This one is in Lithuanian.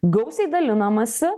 gausiai dalinamasi